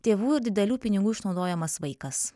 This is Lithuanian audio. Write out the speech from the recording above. tėvų ir didelių pinigų išnaudojamas vaikas